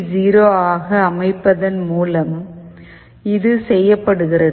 0 ஆக அமைப்பதன் மூலம் இது செய்யப்படுகிறது